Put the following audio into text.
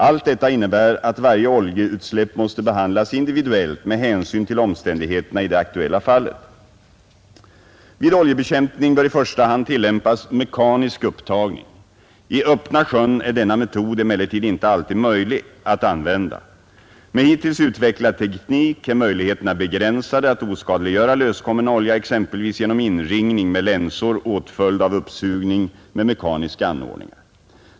Allt detta innebär att varje oljeutsläpp måste behandlas individuellt med hänsyn till omständigheterna i det aktuella fallet. Vid oljebekämpning bör i första hand tillämpas mekanisk upptagning. I öppna sjön är denna metod emellertid inte alltid möjlig att använda. Med hittills utvecklad teknik är möjligheterna begränsade att oskadliggöra löskommen olja exempelvis genom inringning med länsor åtföljd av uppsugning med mekaniska anordningar.